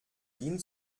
ihn